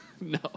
No